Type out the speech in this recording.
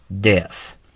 death